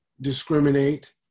discriminate